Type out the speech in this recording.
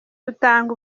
dutanga